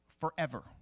forever